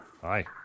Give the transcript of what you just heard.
Hi